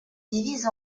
divise